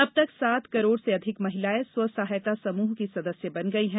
अब तक सात करोड़ सें अधिक महिलाएं स्वयं सहायता समूहों की सदस्य बन गयी हैं